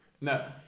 No